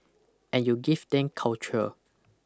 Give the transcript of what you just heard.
and you give them culture